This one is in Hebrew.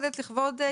בשבט,